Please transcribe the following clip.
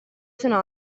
sono